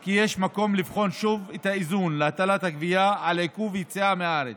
כי יש מקום לבחון שוב את האיזון להטלת הגבייה על עיכוב יציאה מהארץ,